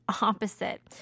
opposite